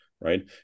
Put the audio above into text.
Right